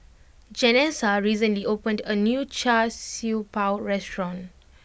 Janessa recently opened a new Char Siew Bao restaurant